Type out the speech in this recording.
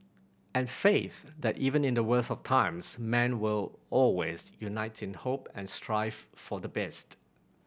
and faith that even in the worst of times man will always unite in the hope and strive for the best